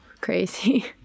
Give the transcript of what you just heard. crazy